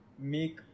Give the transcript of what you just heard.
make